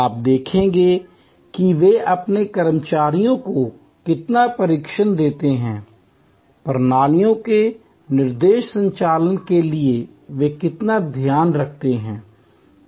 आप देखेंगे कि वे अपने कर्मचारियों को कितना प्रशिक्षण देते हैं प्रणालियों के निर्दोष संचालन के लिए वे कितना ध्यान रखते हैं